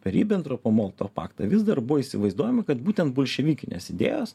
ribentropo molotovo paktą vis dar buvo įsivaizduojama kad būtent bolševikinės idėjos